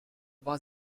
war